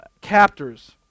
captors